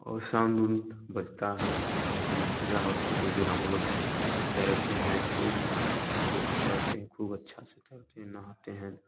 और साउंड उंड बजता है धार्मिक पूजा होती है उस दिन हम लोग तैरते हैं खूब मजे से तैरते हैं खूब अच्छा से तैरते हैं नहाते हैं